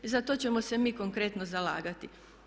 Za to ćemo se mi konkretno zalagati.